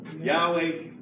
Yahweh